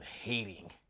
hating